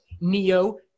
neo